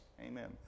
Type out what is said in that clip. Amen